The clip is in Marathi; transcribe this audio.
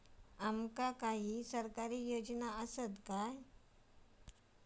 आमका काही सरकारी योजना आसत काय?